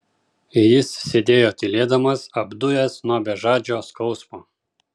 jis sėdėjo tylėdamas apdujęs nuo bežadžio skausmo